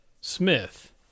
Smith